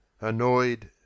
annoyed